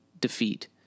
defeat